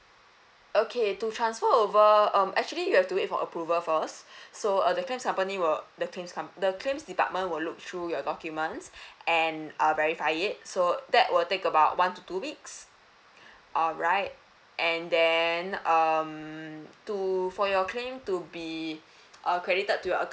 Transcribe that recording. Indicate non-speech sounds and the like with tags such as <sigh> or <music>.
okay to transfer over um actually you have to wait for approval first <breath> so err the claims company will the claims the claims department will look through your documents <breath> and uh verify it so that will take about one to two weeks <breath> alright and then um to for your claim to be uh credited to your account